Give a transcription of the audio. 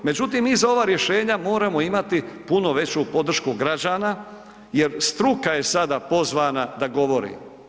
Međutim, mi za ova rješenja moramo imati puno veću podršku građana jer struka je sada pozvana da govori.